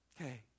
Okay